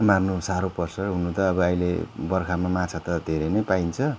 मार्नु साह्रो पर्छ हुनु त अब अहिले बर्खामा माछा त धेरै नै पाइन्छ